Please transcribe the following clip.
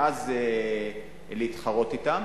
ואז להתחרות אתם.